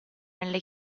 nelle